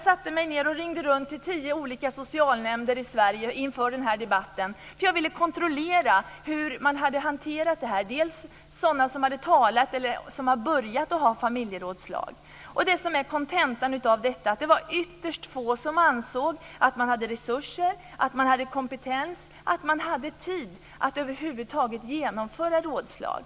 Jag ringde runt till tio olika socialnämnder i Sverige inför den här debatten. Jag ville nämligen kontrollera hur man hade hanterat det här där man hade börjat att ha familjerådslag. Kontentan av detta var att det var ytterst få som ansåg att man hade resurser, att man hade kompetens, att man hade tid att över huvud taget genomföra rådslag.